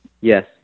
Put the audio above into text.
Yes